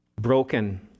broken